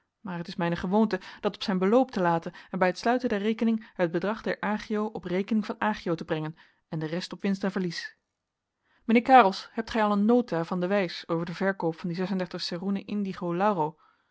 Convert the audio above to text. maar het is mijne gewoonte dat op zijn beloop te laten en bij t sluiten der rekening het bedrag der agio op rekening van agio te brengen en de rest op winst en verlies mijnheer karelsz hebt gij al een nota van de wijs over den verkoop van die ceroenen indigo lauro